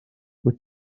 wyt